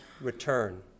return